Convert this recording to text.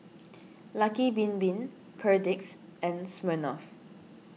Lucky Bin Bin Perdix and Smirnoff